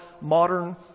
modern